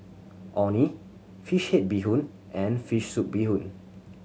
Orh Nee fish head bee hoon and fish soup bee hoon